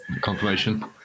confirmation